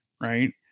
right